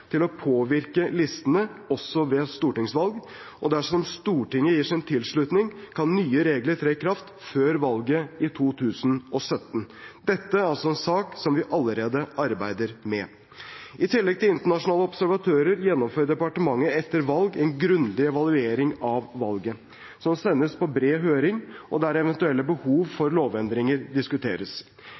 til å påvirke listene også ved stortingsvalg, og dersom Stortinget gir sin tilslutning, kan nye regler tre i kraft før valget i 2017. Dette er altså en sak som vi allerede arbeider med. I tillegg til internasjonale observatører gjennomfører departementet etter hvert valg en grundig evaluering av valget, som sendes på bred høring, og der eventuelle behov for lovendringer diskuteres.